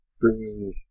Bringing